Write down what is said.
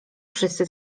wszyscy